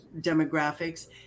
demographics